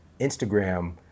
Instagram